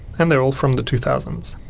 and they're all from the two thousand